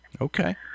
Okay